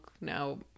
now